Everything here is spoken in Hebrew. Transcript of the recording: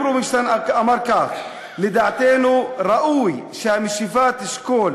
רובינשטיין אמר כך: לדעתנו ראוי שהמשיבה תשקול,